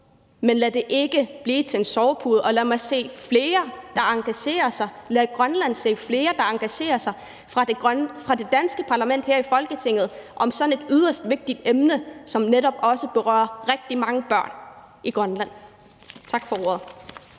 Men lad det ikke blive til en sovepude, og lad mig se flere, der engagerer sig. Lad Grønland se flere i det danske parlament, altså Folketinget, der engagerer sig i sådan et yderst vigtigt emne, som netop også berører rigtig mange børn i Grønland. Tak for ordet.